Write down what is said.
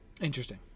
interesting